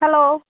hello